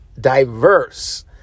diverse